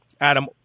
Adam